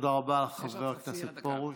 תודה רבה, חבר הכנסת פרוש.